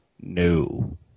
no